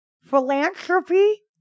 Philanthropy